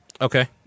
Okay